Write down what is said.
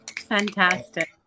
Fantastic